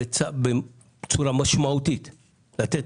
צריך לתת